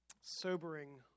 sobering